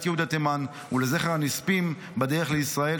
יהודי תימן ולזכר הנספים בדרך לישראל,